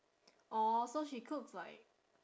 orh so she cooks like